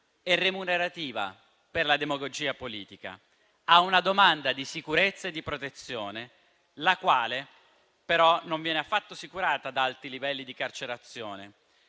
e remunerativa per la demagogia politica a una domanda di sicurezza e di protezione, la quale però non viene affatto assicurata da alti livelli di carcerazione,